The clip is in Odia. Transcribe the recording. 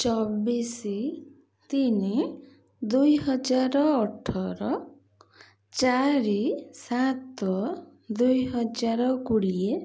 ଚବିଶି ତିନି ଦୁଇ ହଜାର ଅଠର ଚାରି ସାତ ଦୁଇ ହଜାର କୋଡ଼ିଏ